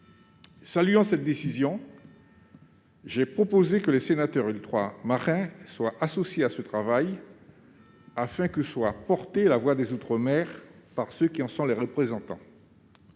Saluant cette décision, j'ai proposé que les sénateurs ultramarins soient associés à ce travail afin que soit portée la voix des outre-mer par ceux qui en sont les représentants.